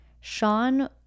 Sean